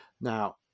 Now